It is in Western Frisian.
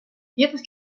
fjirtich